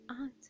aunt